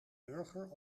burger